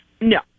No